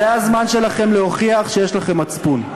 זה הזמן שלכם להוכיח שיש לכם מצפון.